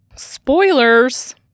spoilers